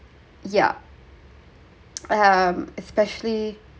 yeah um especially